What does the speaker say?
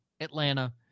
Atlanta